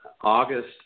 August